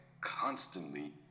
constantly